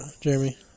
Jeremy